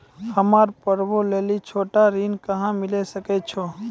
हमरा पर्वो लेली छोटो ऋण कहां मिली सकै छै?